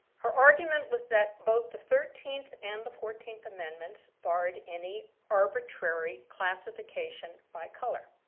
her argument was that both the thirteenth and the fourteenth amendments barred any arbitrary classification by color.